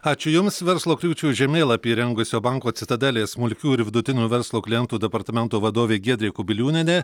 ačiū jums verslo kliūčių žemėlapį rengusio banko citadelė smulkių ir vidutinių verslo klientų departamento vadovė giedrė kubiliūnienė